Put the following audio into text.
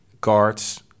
cards